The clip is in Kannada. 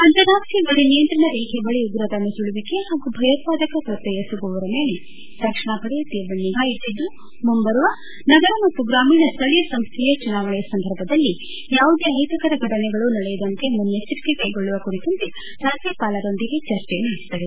ಅಂತಾರಾಷ್ಟೀಯ ಗಡಿ ನಿಯಂತ್ರಣ ರೇಖೆ ಬಳಿ ಉಗ್ರರ ನುಸುಳುವಿಕೆ ಹಾಗೂ ಭಯೋತ್ಪಾದಕ ಕೃತ್ಯ ಎಸಗುವವರ ಮೇಲೆ ರಕ್ಷಣಾ ಪಡೆ ತೀವ್ರ ನಿಗಾ ಇಟ್ಟದ್ದು ಮುಂಬರುವ ನಗರ ಮತ್ತು ಗ್ರಾಮೀಣ ಸ್ಥಳೀಯ ಸಂಸ್ಥೆಯ ಚುನಾವಣೆ ಸಂದರ್ಭದಲ್ಲಿ ಯಾವುದೇ ಅಹಿತಕರ ಘಟನೆಗಳು ನಡೆಯದಂತೆ ಮುನ್ನಚ್ಚರಿಕೆ ಕೈಗೊಳ್ಳುವ ಕುರಿತಂತೆ ರಾಜ್ಯಪಾಲರೊಂದಿಗೆ ಚರ್ಚೆ ನಡೆಸಿದರು